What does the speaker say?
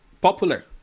popular